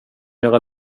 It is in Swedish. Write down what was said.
göra